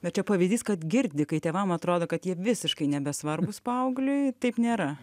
bet čia pavyzdys kad girdi kai tėvam atrodo kad jie visiškai nebesvarbūs paaugliui taip nėra